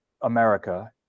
America